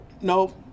No